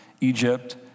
Egypt